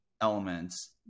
elements